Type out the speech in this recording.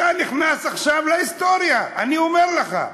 אתה נכנס עכשיו להיסטוריה, אני אומר לך.